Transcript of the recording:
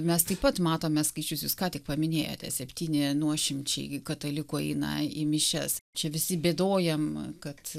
mes taip pat matome skaičius jūs ką tik paminėjote septyni nuošimčiai katalikų eina į mišias čia visi bėdojam kad